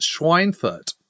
Schweinfurt